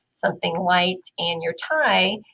something light. and your tie,